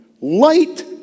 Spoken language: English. Light